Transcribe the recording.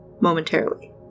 momentarily